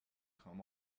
come